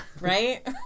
Right